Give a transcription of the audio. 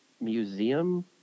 Museum